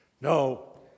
no